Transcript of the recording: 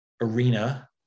arena